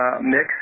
mix